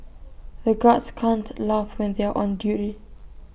the guards can't laugh when they are on duty